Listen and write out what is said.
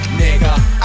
nigga